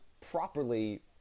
properly